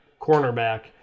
cornerback